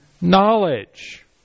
knowledge